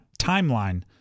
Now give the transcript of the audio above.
timeline